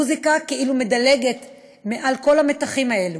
המוזיקה כאילו מדלגת מעל כל המתחים האלו.